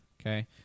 Okay